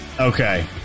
Okay